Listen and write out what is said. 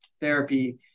therapy